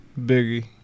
Biggie